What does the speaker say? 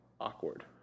awkward